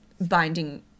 binding